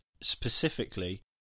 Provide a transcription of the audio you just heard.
specifically